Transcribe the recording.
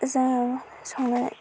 जोङो संनाय